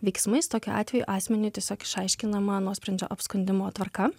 veiksmais tokiu atveju asmeniui tiesiog išaiškinama nuosprendžio apskundimo tvarka